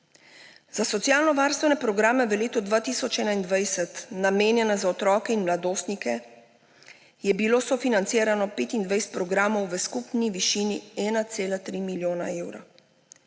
Za socialnovarstvene programe v letu 2021, namenjene za otroke in mladostnike, je bilo sofinancirano 25 programov v skupni višini 1,3 milijona evra.